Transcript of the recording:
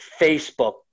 Facebook